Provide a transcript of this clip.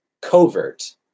covert